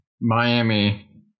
Miami